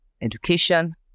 education